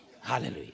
Hallelujah